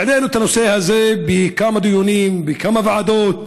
העלינו את הנושא הזה בכמה דיונים, בכמה ועדות,